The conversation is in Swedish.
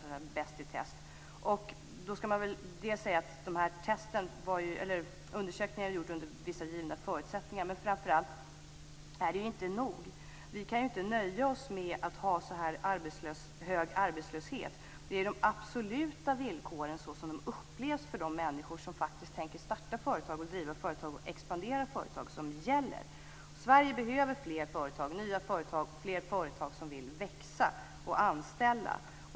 Man måste säga att undersökningen har gjorts under vissa givna förutsättningar, men framför allt att det inte är nog. Vi kan inte nöja oss med att ha en så här hög arbetslöshet. Det är de absoluta villkoren så som de upplevs av de människor som faktiskt tänker starta, driva och expandera företag som gäller. Sverige behöver fler företag, nya företag och fler företag som vill växa och anställa.